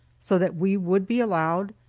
so that we would be allowed,